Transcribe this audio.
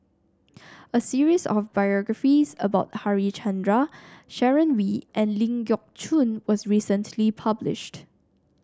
a series of biographies about Harichandra Sharon Wee and Ling Geok Choon was recently published